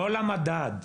לא למדד.